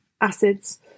acids